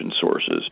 sources